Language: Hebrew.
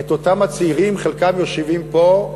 את אותם הצעירים, חלקם יושבים פה,